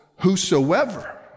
Whosoever